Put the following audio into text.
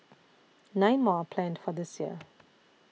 nine more are planned for this year